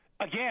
Again